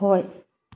ꯍꯣꯏ